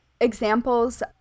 examples